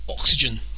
oxygen